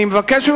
אני מבקש ממך,